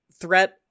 threat